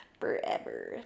forever